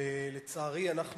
ולצערי אנחנו